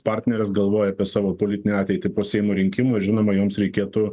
partnerės galvoja apie savo politinę ateitį po seimo rinkimų žinoma jums reikėtų